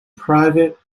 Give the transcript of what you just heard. private